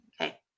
Okay